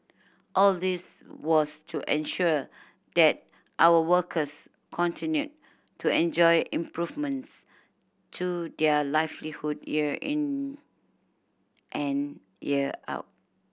all this was to ensure that our workers continued to enjoy improvements to their livelihood year in and year out